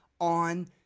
on